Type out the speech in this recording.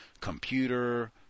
computer